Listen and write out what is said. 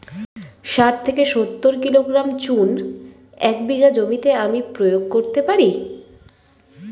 শাঠ থেকে সত্তর কিলোগ্রাম চুন এক বিঘা জমিতে আমি প্রয়োগ করতে পারি?